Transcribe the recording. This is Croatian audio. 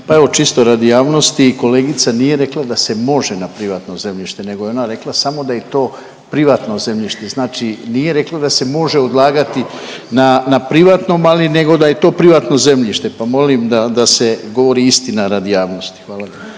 pa evo čisto radi javnosti kolegica nije rekla da se može na privatno zemljište nego je ona rekla samo da je to privatno zemljište. Znači nije rekla da se može odlagati na privatnom, ali nego da je to privatno zemljište pa molim da se govori istina radi javnosti. Hvala.